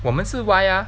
我们是 Y ah